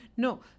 No